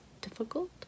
difficult